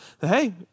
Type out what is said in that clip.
Hey